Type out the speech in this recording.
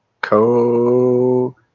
Co